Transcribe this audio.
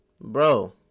bro